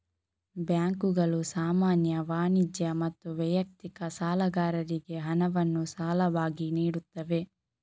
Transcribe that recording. ಬ್ಯಾಂಕುಗಳು ಸಾಮಾನ್ಯ, ವಾಣಿಜ್ಯ ಮತ್ತು ವೈಯಕ್ತಿಕ ಸಾಲಗಾರರಿಗೆ ಹಣವನ್ನು ಸಾಲವಾಗಿ ನೀಡುತ್ತವೆ